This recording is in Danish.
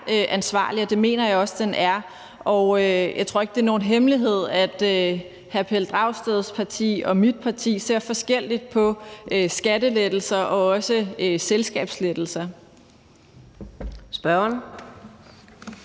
ansvarlig, og det mener jeg også den er. Og jeg tror ikke, det er nogen hemmelighed, at hr. Pelle Dragsteds parti og mit parti ser forskelligt på skattelettelser og også selskabsskattelettelser.